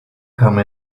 come